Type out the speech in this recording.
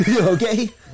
Okay